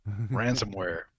Ransomware